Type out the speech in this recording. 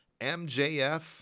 MJF